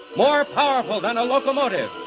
more powerful than a locomotive,